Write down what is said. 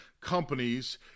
companies